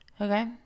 Okay